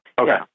Okay